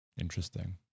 interesting